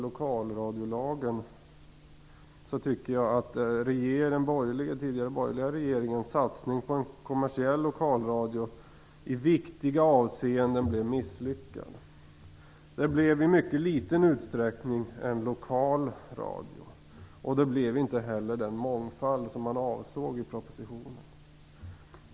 Jag tycker att den tidigare borgerliga regeringens satsning på en kommersiell lokalradio i viktiga avseenden blev misslyckad. Det blev i mycket liten utsträckning en lokal radio. Det blev inte heller en sådan mångfald som man avsåg i propositionen.